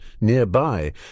Nearby